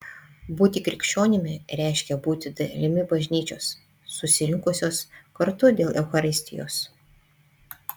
būti krikščionimi reiškia būti dalimi bažnyčios susirinkusios kartu dėl eucharistijos